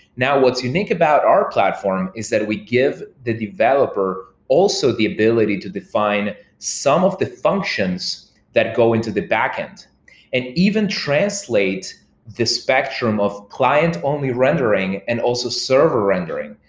now what's unique about out platform is that we give the developer also the ability to define some of the functions that go into the backend and even translate the spectrum of client-only rendering and also server rendering,